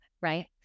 right